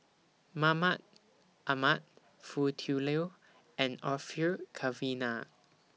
Mahmud Ahmad Foo Tui Liew and Orfeur Cavenagh